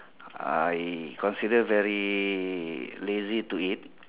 I consider very lazy to eat